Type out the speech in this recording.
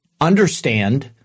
understand